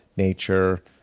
nature